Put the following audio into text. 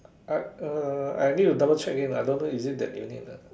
I uh I need to double check again I don't know if it is that unit or not